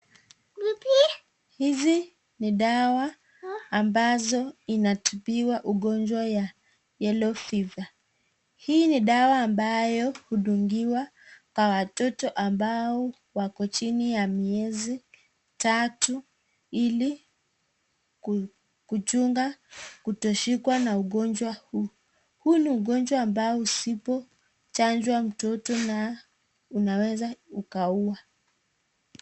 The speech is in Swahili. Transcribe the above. Hizi ni dawa ambazo inatibiwa ugonjwa ya yellow fever . Hii ni dawa ambayo hudungiwa kwa watoto ambao wako chini ya miezi tatu, ili kuchunga kutoshikwa na ugonjwa huu. Huu ni ugonjwa ambapo usipochanjwa mtoto unaweza ukaua.